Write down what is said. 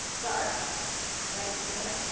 dart right here,